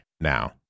Now